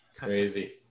Crazy